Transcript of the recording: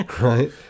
right